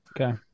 Okay